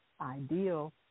ideal